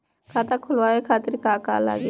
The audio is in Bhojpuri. खाता खोलवाए खातिर का का लागी?